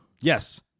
Yes